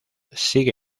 sigue